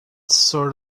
sort